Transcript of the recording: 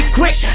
quick